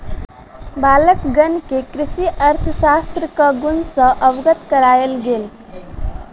बालकगण के कृषि अर्थशास्त्रक गुण सॅ अवगत करायल गेल